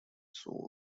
sour